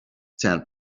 tent